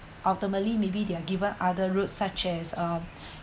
ultimately maybe they are given other roads such as uh